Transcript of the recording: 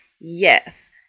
Yes